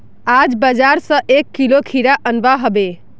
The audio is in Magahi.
आज बाजार स एक किलो खीरा अनवा हबे